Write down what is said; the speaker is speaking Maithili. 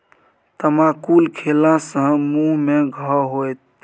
तमाकुल खेला सँ मुँह मे घाह होएत